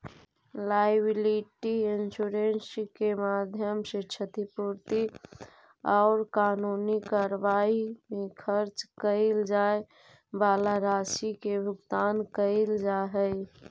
liability insurance के माध्यम से क्षतिपूर्ति औउर कानूनी कार्रवाई में खर्च कैइल जाए वाला राशि के भुगतान कैइल जा हई